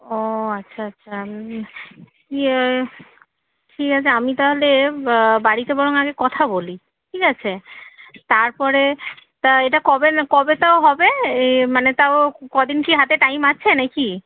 ও আচ্ছা আচ্ছা ইয়ে ঠিক আছে আমি তাহলে বাড়িতে বরং আগে কথা বলি ঠিক আছে তারপরে তা এটা কবে না কবে তাও হবে এ মানে তাও ক দিন কি হাতে টাইম আছে নাকি